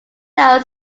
now